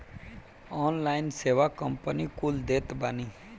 online सेवा company कुल देत बानी